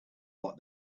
what